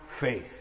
faith